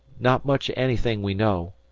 not much o' anything we know.